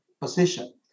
position